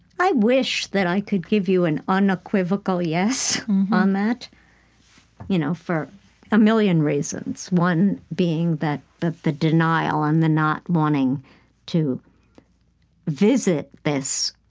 i wish that i could give you an unequivocal yes on that you know for a million reasons, one being that the the denial and the not wanting to visit this